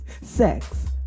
sex